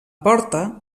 porta